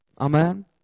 Amen